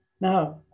Now